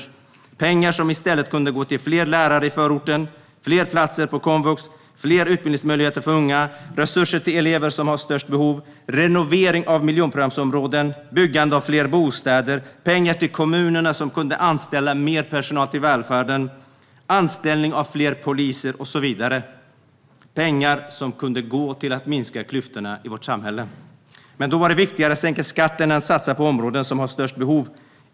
Det är pengar som i stället kunde ha gått till fler lärare i förorten, fler platser på komvux, fler utbildningsmöjligheter för unga, resurser till de elever som har störst behov, renovering av miljonprogramsområden, byggande av fler bostäder, pengar till kommunerna som skulle ha kunnat anställa mer personal i välfärden, anställning av fler poliser och så vidare. Det är pengar som kunde ha gått till att minska klyftorna i vårt samhälle. Jämställdhet och ny-anlända invandrares etablering Men då var det viktigare att sänka skatten än att satsa på de områden som har störst behov.